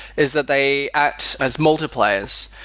is that they act as multipliers.